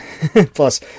plus